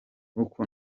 uko